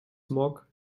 smog